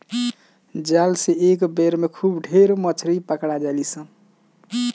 जाल से एक बेर में खूब ढेर मछरी पकड़ा जाले